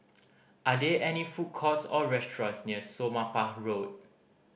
are there any food courts or restaurants near Somapah Road